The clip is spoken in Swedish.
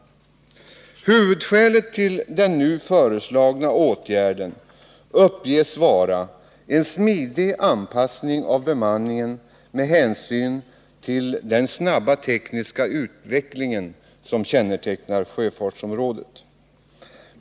Huvudskälet till den nu föreslagna åtgärden uppges vara att uppnå en smidig anpassning av bemanningen med hänsyn till den snabba tekniska utveckling som kännetecknar sjöfartsområdet.